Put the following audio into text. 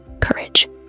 courage